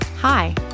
Hi